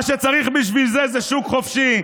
מה שצריך בשביל זה זה שוק חופשי,